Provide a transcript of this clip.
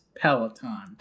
Peloton